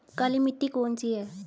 काली मिट्टी कौन सी है?